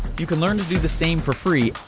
you can learn to do the same for free,